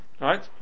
Right